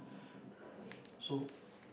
so